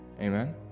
amen